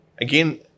again